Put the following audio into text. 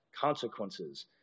consequences